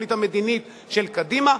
התוכנית המדינית של קדימה,